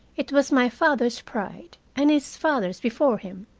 it was my father's pride, and his father's before him,